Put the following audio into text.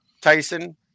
Tyson